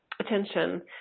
Attention